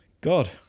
god